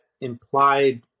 implied